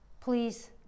please